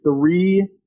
three